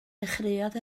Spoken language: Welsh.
dechreuodd